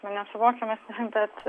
nesuvokiamas bet